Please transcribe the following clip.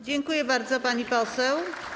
Dziękuję bardzo, pani poseł.